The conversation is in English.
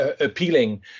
appealing